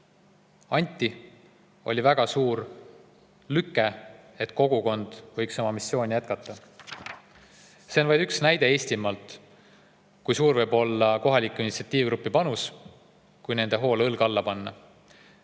anti, oli väga suur lüke, et kogukond võiks oma missiooni jätkata. See on vaid üks näide Eestimaalt, kui suur võib olla kohaliku initsiatiivgrupi panus, kui nende [hoogsale